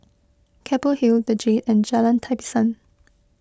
Keppel Hill the Jade and Jalan Tapisan